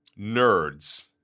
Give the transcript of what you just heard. nerds